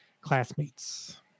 classmates